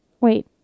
Wait